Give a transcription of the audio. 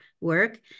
work